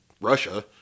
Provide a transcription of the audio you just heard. Russia